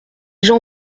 gens